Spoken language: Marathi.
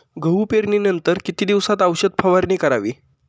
गहू पेरणीनंतर किती दिवसात औषध फवारणी करावी?